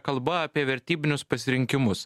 kalba apie vertybinius pasirinkimus